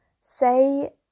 say